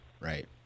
Right